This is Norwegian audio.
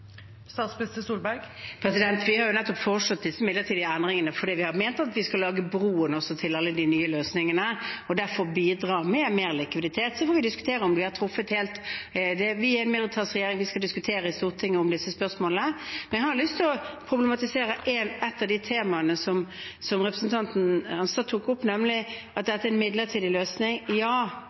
Vi har foreslått disse midlertidige endringene fordi vi har ment at vi skal lage bro også til alle de nye løsningene og derfor bidra med mer likviditet. Så får vi diskutere om vi har truffet helt, regjeringen ønsker imidlertid at disse spørsmålene diskuteres i Stortinget. Jeg har lyst til å problematisere ett av de temaene som representanten tok opp, nemlig at dette er en midlertidig løsning – ja,